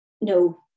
No